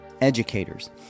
educators